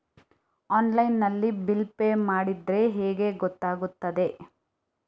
Online ನಲ್ಲಿ bill pay ಮಾಡಿದ್ರೆ ಹೇಗೆ ಗೊತ್ತಾಗುತ್ತದೆ?